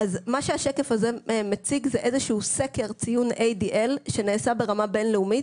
מה שהשקף הזה מציג זה איזשהו סקר ציון ADL שנעשה ברמה בין-לאומית.